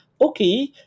okay